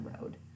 road